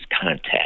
contact